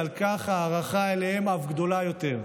ועל כך ההערכה אליהם אף גדולה יותר.